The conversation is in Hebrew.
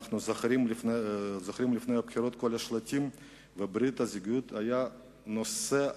אנחנו זוכרים את כל השלטים מלפני הבחירות,